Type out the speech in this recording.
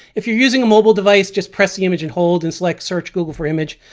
if you're using a mobile device just press the image and hold and select search google for image.